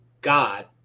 God